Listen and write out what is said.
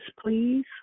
please